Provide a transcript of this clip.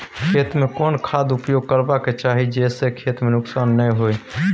खेत में कोन खाद उपयोग करबा के चाही जे स खेत में नुकसान नैय होय?